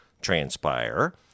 transpire